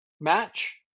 match